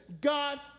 God